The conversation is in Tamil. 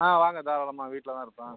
ஆ வாங்க தாராளமாக வீட்டில் தான் இருப்பேன்